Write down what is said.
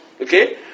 Okay